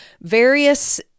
various